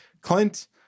Clint